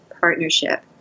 partnership